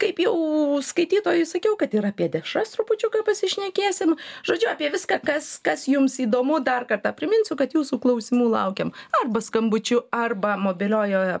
kaip jau skaitytojui sakiau kad ir apie dešras trupučiuką pasišnekėsim žodžiu apie viską kas kas jums įdomu dar kartą priminsiu kad jūsų klausimų laukiam arba skambučiu arba mobiliojoje